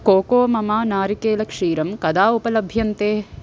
Cocomama नारिकेलक्षीरं कदा उपलभ्यन्ते